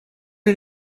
did